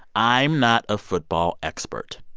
i'm not a football expert.